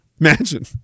imagine